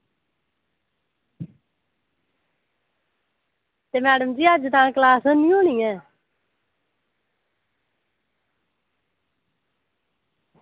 तां एह् मैडम जी अज्ज क्लॉस हैनी होनी ऐ